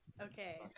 Okay